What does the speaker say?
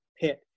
pit